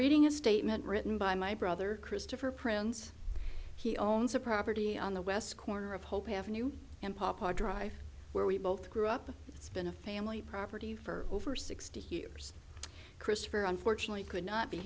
reading a statement written by my brother christopher prince he owns a property on the west corner of hope have a new and pop hard drive where we both grew up and it's been a family property for over sixty years christopher unfortunately could not be